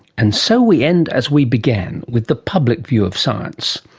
and so we end as we began, with the public view of science.